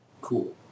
Cool